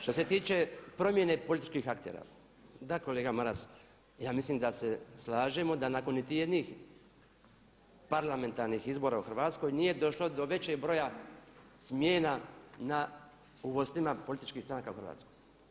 Što se tiče promjene političkih aktera, da kolega Maras ja mislim da se slažemo da nakon niti jednih parlamentarnih izbora u Hrvatskoj nije došlo do većeg broja smjena u vodstvima političkih stranaka u Hrvatskoj.